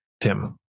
Tim